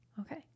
Okay